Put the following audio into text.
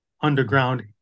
underground